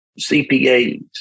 CPAs